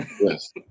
yes